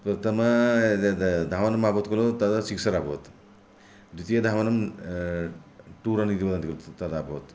प्रथमं धावनमभवत् खलु तदा सिक्सर् अभवत् द्वितीयधावनं टु रन् इति वदन्ति खलु तत् आभवत्